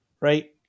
right